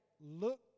look